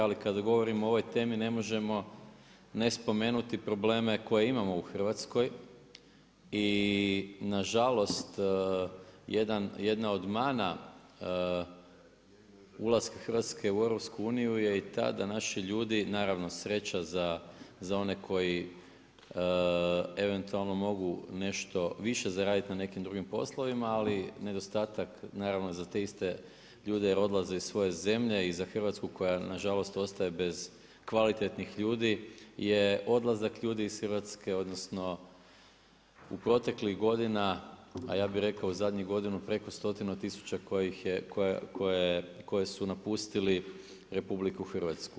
Ali kad govorimo o ovoj temi, ne možemo ne spomenuti probleme koje imamo u Hrvatskoj i nažalost jedna od mana ulaska Hrvatske u EU je i ta da naši ljudi, naravno, sreća za one koji eventualno mogu nešto više zaraditi na nekim drugim poslovima, ali nedostatak, naravno za te iste ljude, jer odlaze iz svoje zemlje i za Hrvatsku koja nažalost ostaje bez kvalitetnih ljudi je odlazak ljudi iz Hrvatske, odnosno, u proteklih godina, a ja bi rekao u zadnju godinu preko stotina tisuća koja su napustili RH.